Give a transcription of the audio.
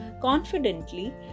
confidently